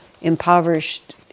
impoverished